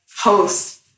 host